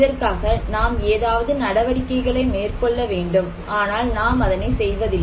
இதற்காக நாம் ஏதாவது நடவடிக்கைகளை மேற்கொள்ள வேண்டும் ஆனால் நாம் அதனை செய்வதில்லை